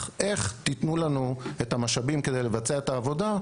תיתנו לנו את המשאבים כדי לבצע את העבודה,